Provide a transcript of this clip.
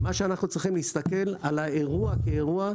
אנחנו צריכים להסתכל על האירוע כאירוע,